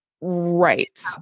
right